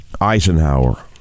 eisenhower